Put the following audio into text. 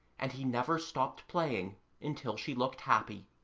and he never stopped playing until she looked happy.